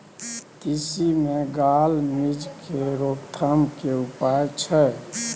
तिसी मे gall midge के रोकथाम के उपाय की छै?